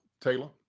Taylor